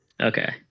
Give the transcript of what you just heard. Okay